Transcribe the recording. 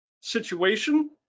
situation